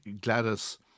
Gladys